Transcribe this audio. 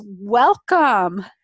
welcome